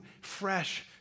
fresh